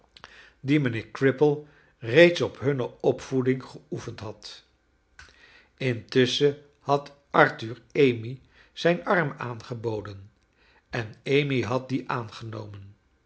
dien mijnheer cripple reeds op hunne opvoeding geoefend had intusschen had arthur amy zijn arm aangeboden en amy had dien aangenomen